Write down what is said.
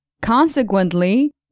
Consequently